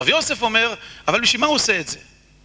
רבי יוסף אומר, אבל בשביל מה הוא עושה את זה.